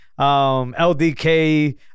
LDK